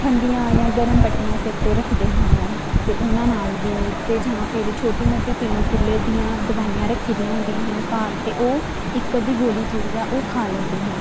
ਠੰਡੀਆਂ ਜਾਂ ਗਰਮ ਪੱਟੀਆਂ ਸਿਰ 'ਤੇ ਰੱਖਦੇ ਹਨ ਅਤੇ ਉਹਨਾਂ ਨਾਲ ਵੀ ਅਤੇ ਜਾਂ ਫਿਰ ਛੋਟੀ ਮੋਟੀ ਪੇਨ ਕਿੱਲਰ ਦੀਆਂ ਦਵਾਈਆਂ ਰੱਖੀ ਦੀਆਂ ਹੁੰਦੀਆਂ ਹਨ ਘਰ ਅਤੇ ਉਹ ਇੱਕ ਅੱਧੀ ਗੋਲੀ ਜਿਹੜੀ ਆ ਉਹ ਖਾ ਲੈਂਦੇ ਹਨ